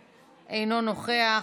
אשר, אינו נוכח,